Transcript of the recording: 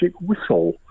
whistle